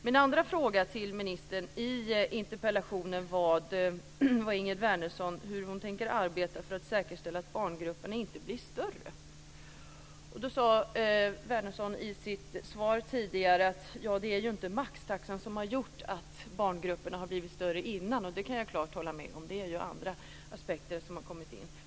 Min andra fråga till ministern i interpellation handlade om hur Ingegerd Wärnersson tänker arbeta för att säkerställa att barngrupperna inte blir större. Ingegerd Wärnersson sade tidigare i sitt svar att det inte är maxtaxan som har gjort att barngrupperna har blivit större tidigare. Och det kan jag klart hålla med om. Det är andra aspekter som har kommit in.